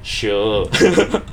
sure